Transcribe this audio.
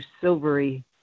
silvery